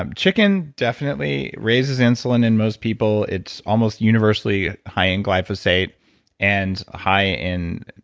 um chicken definitely raises insulin in most people. it's almost universally high in glyphosate and high in,